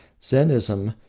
zennism,